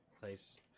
place